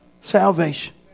salvation